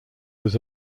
was